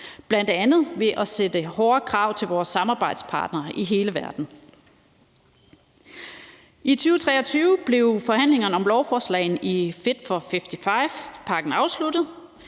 bl.a. ved at stille hårde krav til vores samarbejdspartnere i hele verden. I 2023 blev forhandlingerne om lovforslaget om Fit for 55-pakken afsluttet,